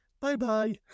Bye-bye